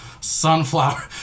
sunflower